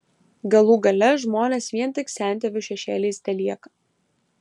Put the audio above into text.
galų gale žmonės vien tik sentėvių šešėliais telieka